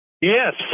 Yes